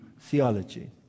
theology